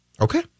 Okay